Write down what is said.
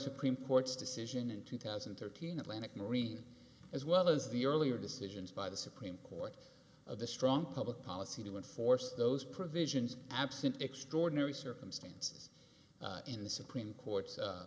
supreme court's decision in two thousand and thirteen atlantic marine as well as the earlier decisions by the supreme court of the strong public policy to enforce those provisions absent extraordinary circumstance in the supreme court